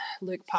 Luke